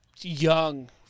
young